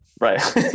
Right